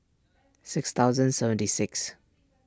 six thousand seventy six